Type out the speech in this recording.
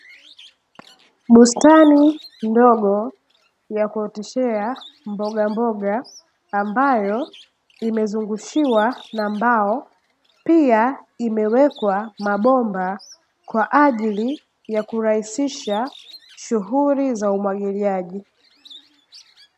Bustani ndogo yakuoteshea mbogamboga ambayo imezungushiwa na mbao, pia imewekwa mabomba kwa ajili ya kurahisisha shughuli za umwagiliaji.